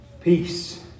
Peace